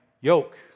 yoke